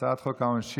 הצעת חוק העונשין.